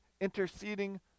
interceding